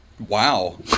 wow